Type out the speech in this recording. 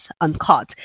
uncaught